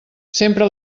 sempre